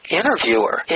interviewer